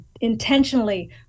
intentionally